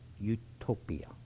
utopia